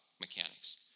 mechanics